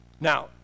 Now